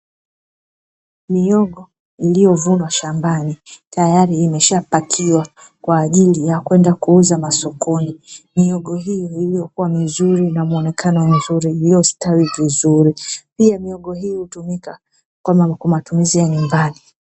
Mihogo iliyovunwa shambani, tayari imeshapakiwa kwa ajili ya kwenda kuuza masokoni. Mihogo hii iliyokua vizuri na muonekano mzuri iliyostawi vizuri. Pia mihogo hii hutumika kwa matumizi ya nyumbani.